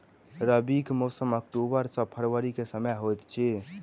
रबीक मौसम अक्टूबर सँ फरबरी क समय होइत अछि